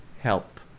help